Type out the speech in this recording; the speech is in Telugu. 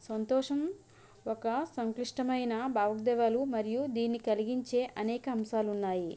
సంతోషం ఒక సంక్లిష్టమైన భావోద్వేగాలు మరియు దీన్ని కలిగించే అనేక అంశాలున్నాయి